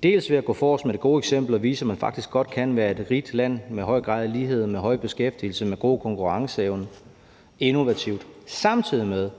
bl.a. ved at gå forrest med det gode eksempel og vise, at man faktisk godt kan være et rigt og innovativt land med en høj grad af lighed, med høj beskæftigelse og med god konkurrenceevne, samtidig med